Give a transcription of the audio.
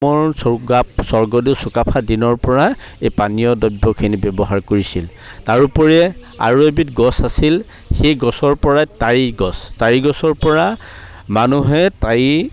আহোমৰ স্বৰ্গদেউ চুকাফা দিনৰ পৰা এই পানীয় দ্ৰব্যখিনি ব্যৱহাৰ কৰিছিল তাৰোপৰি আৰু এবিধ গছ আছিল সেই গছৰ পৰাই টাৰি গছ টাৰিগছৰ পৰা মানুহে টাৰি